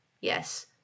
Yes